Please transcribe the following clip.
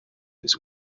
this